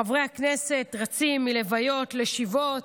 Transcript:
חברי הכנסת רצים מלוויות לשבעות.